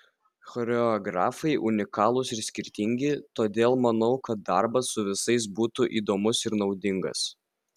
choreografai unikalūs ir skirtingi todėl manau kad darbas su visais būtų įdomus ir naudingas